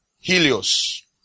Helios